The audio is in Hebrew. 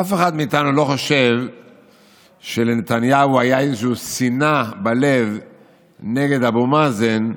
אף אחד מאיתנו לא חושב שלנתניהו הייתה איזושהי שנאה בלב נגד אבו מאזן,